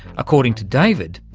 according to david,